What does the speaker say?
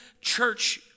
church